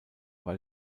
war